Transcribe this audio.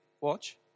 watch